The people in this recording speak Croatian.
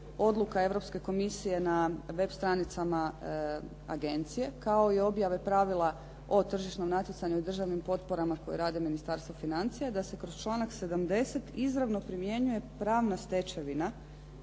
odluka Europske komisije na web stranicama agencije, kao i objave pravila o tržišnom natjecanju i državnim potporama koje radi Ministarstvo financija, da se kroz članak 70. izravno primjenjuje pravna stečevina